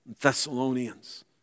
Thessalonians